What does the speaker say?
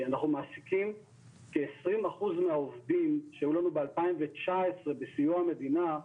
אנחנו מעסיקים כ-20% מהעובדים שהיו לנו ב-2019 בסיוע המדינה,